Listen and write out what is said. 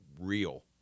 real